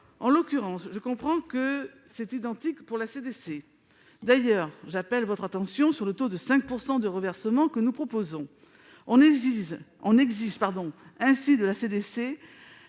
En l'occurrence, je comprends qu'il en va de même pour la CDC. D'ailleurs, j'appelle votre attention sur le taux de 5 % de reversement que nous proposons. On exige ainsi de la CDC